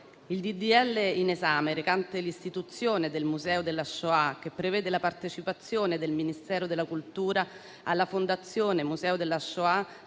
legge in esame, recante l'istituzione del Museo della Shoah, che prevede la partecipazione del Ministero della cultura alla Fondazione Museo della Shoah,